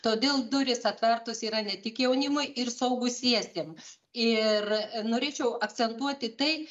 todėl durys atvertos yra ne tik jaunimui ir suaugusiesiem ir norėčiau akcentuoti tai